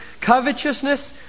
covetousness